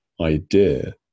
idea